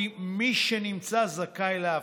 כי מי שנמצא זכאי להבטחה,